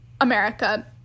America